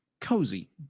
cozy